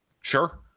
Sure